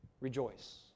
rejoice